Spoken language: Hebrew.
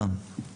הרוויזיה